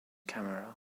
camera